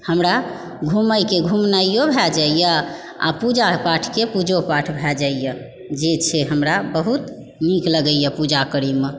हमरा घुमयके घुमनाइयो भए जाइया आ पूजा पाठके पूजो पाठ भए जाइया जे छै हमरा बहुत नीक लगइया पूजा करय मे